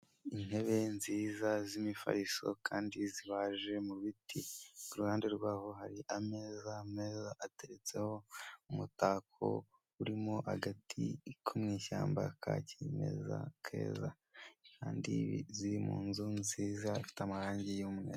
Intebe nziza z'imifariso kandi zibaje mu biti. Ku ruhande rwaho hari ameza meza ateretseho umutako urimo agati ko mu ishyamba ka kimeza keza kandi ziri mu nzu nziza ifite amarangi y'umweru.